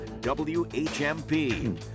WHMP